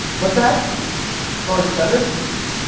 what's that? laura scudder's. laura scudder's? smuckers